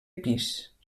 pis